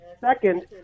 second